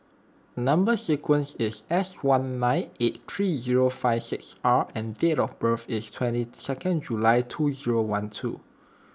Number Sequence is S one nine eight three zero five six R and date of birth is twenty second July two zero one two